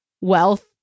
wealth